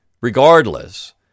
regardless